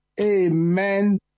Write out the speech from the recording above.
Amen